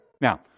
Now